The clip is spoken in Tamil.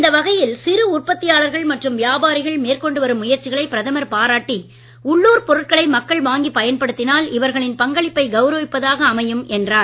இந்த வகையில் சிறு உற்பத்தியாளர்கள் மற்றும் வியாபாரிகள் மேற்கொண்டு வரும் முயற்சிகளை பிரதமர் பாராட்டி உள்ளூர் பொருட்களை மக்கள் வாங்கிப் பயன்படுத்தினால் இவர்களின் பங்களிப்பை கௌரவிப்பதாக அமையும் என்றார்